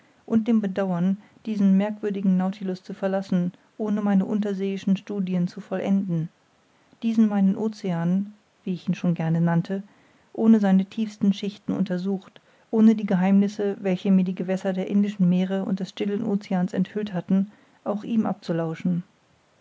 und dem bedauern diesen merkwürdigen nautilus zu verlassen ohne meine unterseeischen studien zu vollenden diesen meinen ocean wie ich ihn schon gerne nannte ohne seine tiefsten schichten untersucht ohne die geheimnisse welche mir die gewässer der indischen meere und des stillen oceans enthüllt hatten auch ihm abzulauschen